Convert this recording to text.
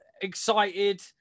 excited